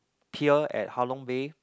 pier at Halong Bay